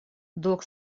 долг